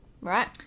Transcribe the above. right